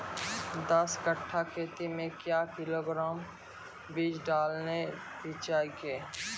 दस कट्ठा खेत मे क्या किलोग्राम बीज डालने रिचा के?